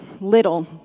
little